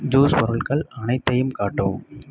juice பொருட்கள் அனைத்தையும் காட்டவும்